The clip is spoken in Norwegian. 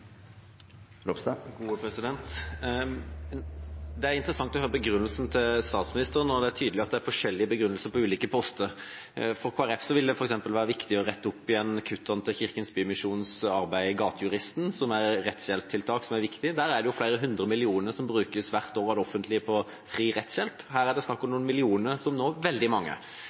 Ropstad – til oppfølgingsspørsmål. Det er interessant å høre begrunnelsen til statsministeren, og det er tydelig at det er forskjellige begrunnelser for ulike poster. For Kristelig Folkeparti vil det f.eks. være viktig å rette opp igjen i kuttene til Kirkens Bymisjons arbeid ved Gatejuristen, som er et viktig rettshjelpstiltak. Der brukes det flere hundre millioner kroner hvert år av det offentlige på fri rettshjelp. Her er det snakk om noen millioner som når veldig mange.